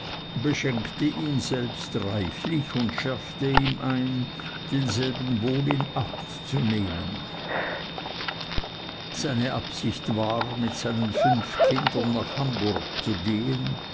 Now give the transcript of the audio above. beschenkte ihn selbst reichlich und schärfte ihm ein denselben wohl in acht zu nehmen seine absicht war mit seinen fünf kindern nach hamburg zu gehen